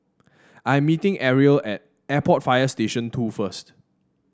I am meeting Ariel at Airport Fire Station Two first